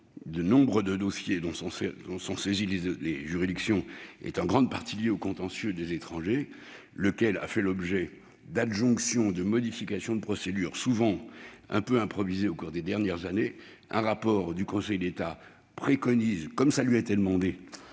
du nombre des dossiers dont sont saisies les juridictions est en grande partie liée au contentieux des étrangers, lequel a fait l'objet d'adjonctions et de modifications de procédure, souvent un peu improvisées au cours des dernières années. Un rapport du Conseil d'État préconise un certain nombre de